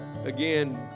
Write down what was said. Again